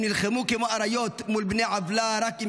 הם נלחמו כמו אריות מול בני עוולה רק עם